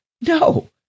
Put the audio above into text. No